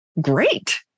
Great